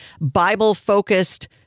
Bible-focused